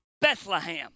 Bethlehem